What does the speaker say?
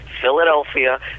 Philadelphia